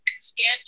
scan